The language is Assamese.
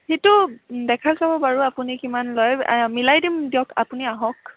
সেইটো দেখা যাব বাৰু আপুনি কিমান লয় মিলাই দিম দিয়ক আপুনি আহক